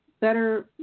better